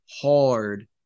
hard